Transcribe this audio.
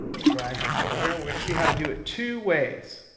drag this over here. and we're going to see how to do it two ways.